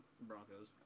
Broncos